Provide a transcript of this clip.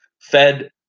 Fed